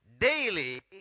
Daily